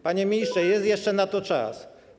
Panie ministrze, jest jeszcze na to czas.